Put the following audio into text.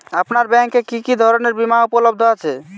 আপনার ব্যাঙ্ক এ কি কি ধরনের বিমা উপলব্ধ আছে?